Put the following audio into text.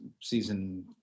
season